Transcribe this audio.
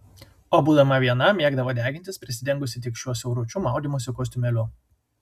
o būdama viena mėgdavo degintis prisidengusi tik šiuo siauručiu maudymosi kostiumėliu